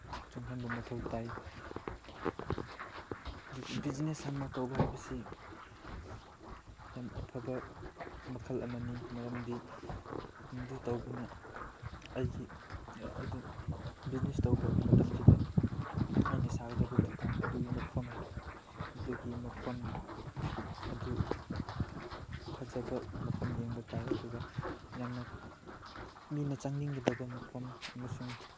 ꯆꯪꯍꯟꯕ ꯃꯊꯧ ꯇꯥꯏ ꯕꯤꯖꯤꯅꯦꯁ ꯑꯃ ꯇꯧꯕ ꯍꯥꯏꯕꯁꯤ ꯌꯥꯝ ꯑꯐꯕ ꯃꯈꯜ ꯑꯃꯅꯤ ꯃꯔꯝꯗꯤ ꯃꯗꯨ ꯇꯧꯕꯅ ꯑꯩꯒꯤ ꯕꯤꯖꯤꯅꯦꯁ ꯇꯧꯕ ꯃꯇꯝꯁꯤꯗ ꯑꯩꯅ ꯁꯥꯒꯗꯕ ꯗꯨꯀꯥꯟ ꯑꯗꯨꯒꯤ ꯃꯐꯝ ꯑꯗꯨꯒꯤ ꯃꯐꯝ ꯑꯗꯨ ꯐꯖꯕ ꯃꯐꯝ ꯌꯦꯡꯕ ꯇꯥꯏ ꯑꯗꯨꯒ ꯌꯥꯝꯅ ꯃꯤꯅ ꯆꯪꯅꯤꯡꯒꯗꯕ ꯃꯐꯝ ꯑꯃꯁꯨꯡ